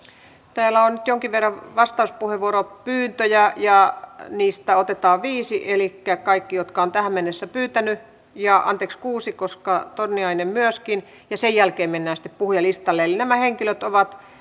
täällä on nyt jonkin verran vastauspuheenvuoropyyntöjä ja niistä otetaan viisi elikkä kaikki jotka ovat tähän mennessä pyytäneet anteeksi kuusi koska torniainen myöskin ja sen jälkeen mennään sitten puhujalistalle nämä henkilöt ovat